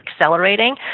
accelerating